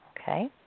Okay